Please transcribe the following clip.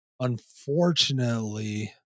unfortunately